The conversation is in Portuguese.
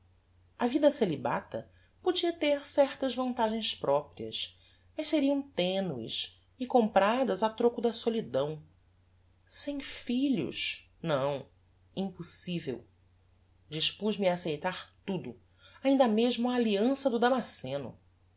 a vida celibata podia ter certas vantagens proprias mas seriam tenues e compradas a troco da solidão sem filhos não impossivel dispuz me a aceitar tudo ainda mesmo a alliança do damasceno